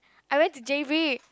I went to j_b